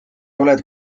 oled